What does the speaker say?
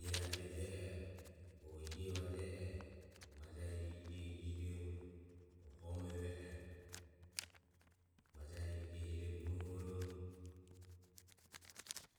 Ie rabe jie oho o ie rabe vaje oho maja rire ie iromo o homeve oho maja rire ie irom o nuhorom